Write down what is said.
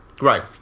right